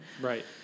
Right